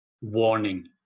warning